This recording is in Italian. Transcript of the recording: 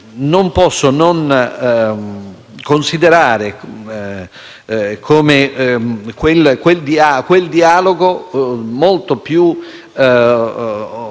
non posso non considerare quel dialogo molto più